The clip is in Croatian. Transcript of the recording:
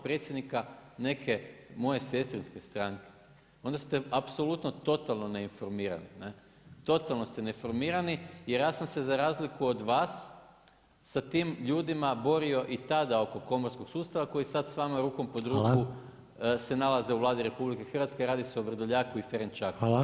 Predsjednika neke moje sestrinske stranke, onda ste apsolutno totalno neinformirani, totalno neinformirani, jer ja sam se za razliku od vas sa tim ljudima borio i tada oko komorskog sustava, koji sad s vama rukom pod ruku se nalaze u Vladi RH, radi se o Vrdoljaku i Ferenčaku.